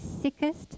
sickest